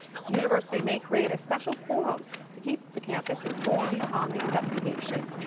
so the university may create a special forum to keep the campus informed on the investigation.